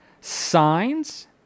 signs